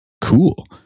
cool